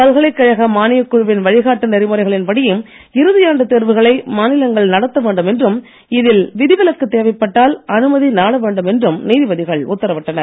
பல்கலைக்கழக மானியக் குழுவின் வழிகாட்டு நெறிமுறைகளின் படியே இறுதியாண்டு தேர்வுகளை மாநிலங்கள் நடத்த வேண்டும் என்றும் இதில் விதிவிலக்கு தேவைப்பட்டால் அனுமதி நாடவேண்டும் என்றும் நீதிபதிகள் உத்தரவிட்டனர்